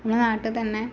നമ്മുടെ നാട്ടിൽ തന്നെ